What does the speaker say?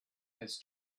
has